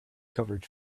covered